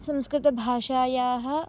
संस्कृतभाषायाः